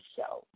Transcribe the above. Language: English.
Show